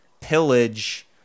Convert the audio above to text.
pillage